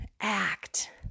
act